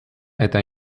eta